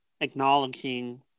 acknowledging